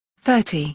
thirty